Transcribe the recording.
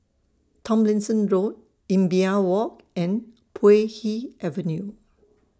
Tomlinson Road Imbiah Walk and Puay Hee Avenue